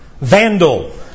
Vandal